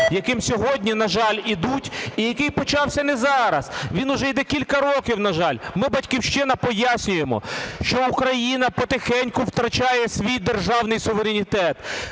яким сьогодні, на жаль, йдуть і який почався не зараз, він уже йде кілька років, на жаль. Ми, "Батьківщина", пояснюємо, що Україна потихеньку втрачає свій державний суверенітет,